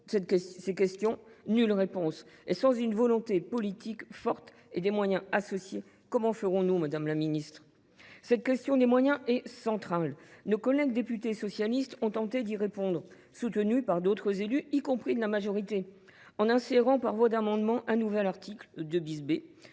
toutes ces questions, nulle réponse. Sans volonté politique forte et moyens associés, comment ferons nous, madame la ministre ? La question des moyens est centrale. Nos collègues députés socialistes ont tenté d’y répondre, soutenus par d’autres élus, y compris de la majorité, en insérant par voie d’amendement le nouvel article 2 B,